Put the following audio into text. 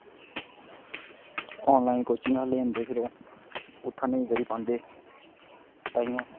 online coaching लैंदे फिर ओह् उत्थें नेईं करी पांदे ताइयें